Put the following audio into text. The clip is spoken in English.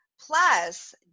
Plus